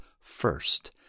first